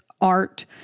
art